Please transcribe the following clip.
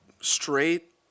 straight